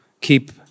keep